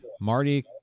Marty